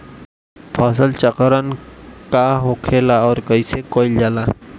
फसल चक्रण का होखेला और कईसे कईल जाला?